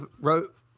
wrote